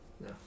No